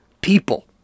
people